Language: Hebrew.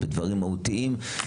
בדברים מהותיים,